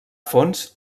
fons